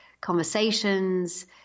conversations